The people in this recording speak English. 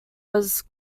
was